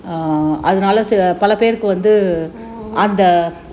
oh